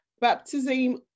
baptism